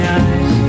eyes